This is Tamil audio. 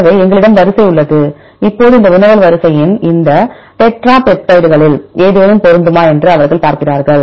எனவே எங்களிடம் வரிசை உள்ளது இப்போது இந்த வினவல் வரிசையின் இந்த டெட்ரா பெப்டைட்களில் ஏதேனும் பொருந்துமா என்று அவர்கள் பார்க்கிறார்கள்